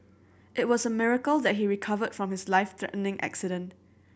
it was a miracle that he recovered from his life threatening accident